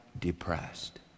depressed